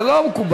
זה לא מקובל.